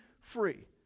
free